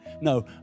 No